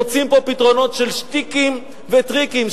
מוצאים פה פתרונות של שטיקים וטריקים,